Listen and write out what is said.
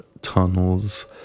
tunnels